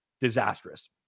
Disastrous